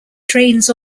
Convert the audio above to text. trains